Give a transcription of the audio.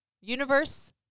Universe